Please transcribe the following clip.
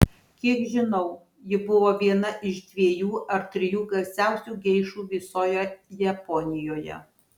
kiek žinau ji buvo viena iš dviejų ar trijų garsiausių geišų visoje japonijoje